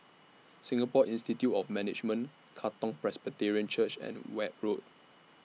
Singapore Institute of Management Katong Presbyterian Church and Weld Road